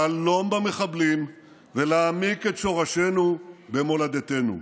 להלום במחבלים ולהעמיק את שורשינו במולדתנו.